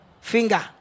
finger